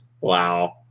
Wow